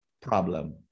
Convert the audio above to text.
problem